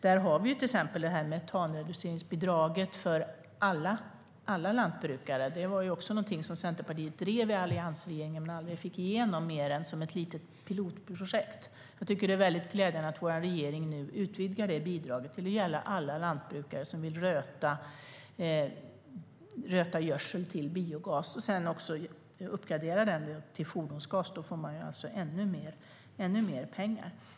Där har vi till exempel metanreduceringsbidraget för alla lantbrukare. Det var också någonting som Centerpartiet drev i alliansregeringen men inte fick igenom mer än som ett litet pilotprojekt. Jag tycker att det är glädjande att vår regering nu utvidgar det bidraget till att gälla alla lantbrukare som vill röta gödsel till biogas, och om den sedan uppgraderas till fordonsgas får man ännu mer pengar.